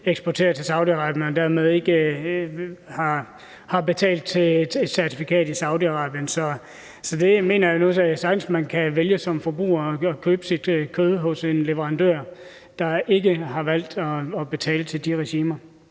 eksporterer til Saudi-Arabien og dermed ikke har betalt til et certifikat i Saudi-Arabien. Det mener jeg nu sagtens man kan vælge som forbruger, altså at købe sit kød hos en leverandør, der ikke har valgt at betale til de regimer.